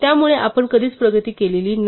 त्यामुळे आपण कधीच प्रगती केली नाही